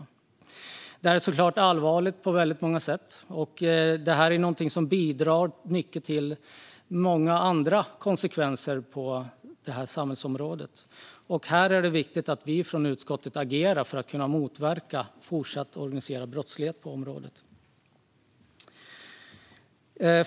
Detta är förstås allvarligt på många sätt och får många andra konsekvenser för detta samhällsområde. Det är därför viktigt att utskottet agerar för att motverka fortsatt organiserad brottslighet på detta område.